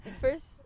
first